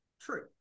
true